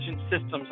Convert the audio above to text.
systems